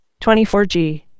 24G